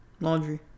Laundry